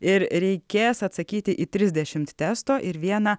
ir reikės atsakyti į trisdešimt testo ir vieną